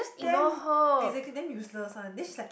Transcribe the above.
damn exactly damn useless one then she's like